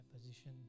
position